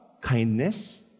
kindness